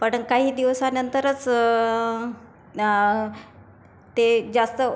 पण काही दिवसानंतरच ते जास्त